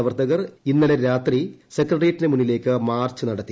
പ്രവർത്തകർ ഇന്നലെ രാത്രി സെക്രട്ടറിയേറ്റിന് മുന്നിലേക്ക് മാർച്ച് നടത്തി